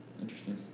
interesting